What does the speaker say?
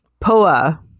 Poa